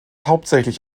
hauptsächlich